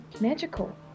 magical